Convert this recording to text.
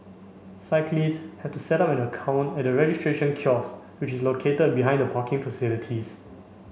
cyclists have to set up an account at the registration kiosks which is located behind the parking facilities